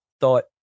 thought